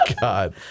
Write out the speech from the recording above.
God